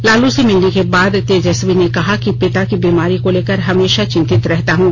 लालू से मिलने के बाद तेजस्वी ने कहा कि पिता की बीमारी को लेकर हमेशा चिंतित रहता हूं